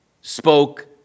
spoke